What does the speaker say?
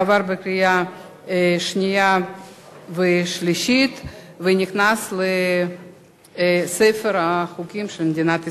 עבר בקריאה שנייה ושלישית ונכנס לספר החוקים של מדינת ישראל.